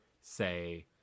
say